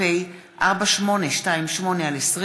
פ/4828/20: